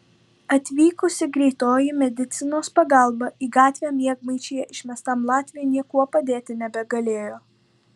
atvykusi greitoji medicinos pagalba į gatvę miegmaišyje išmestam latviui niekuo padėti nebegalėjo